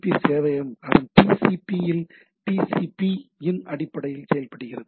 B சேவையம் அதன் TCP இல் டிசிபி இன் அடிப்படையில் செயல்படுகிறது